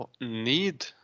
Need